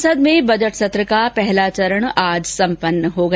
संसद में बजट सत्र का पहला चरण आज सम्पन्न हो गया